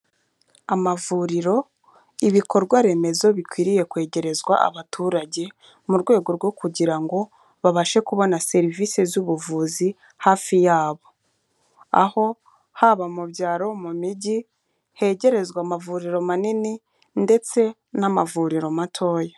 Amavuriro, ibikorwaremezo bikwiriye kwegerezwa abaturage, mu rwego rwo kugira ngo babashe kubona serivisi z'ubuvuzi hafi yabo. Aho haba mu byaro, mu mijyi hegerezwa amavuriro manini ndetse n'amavuriro matoya.